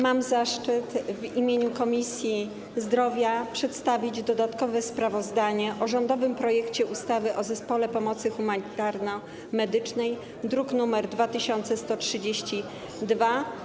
Mam zaszczyt w imieniu Komisji Zdrowia przedstawić dodatkowe sprawozdanie o rządowym projekcie ustawy o Zespole Pomocy Humanitarno-Medycznej, druk nr 2132.